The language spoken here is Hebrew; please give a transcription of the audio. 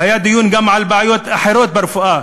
היה דיון גם על בעיות אחרות ברפואה,